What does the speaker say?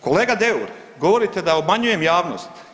Kolega Deur, govorite da obmanjujem javnost.